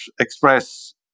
express